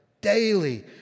daily